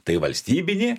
tai valstybinė